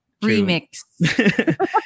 remix